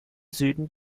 süden